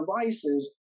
devices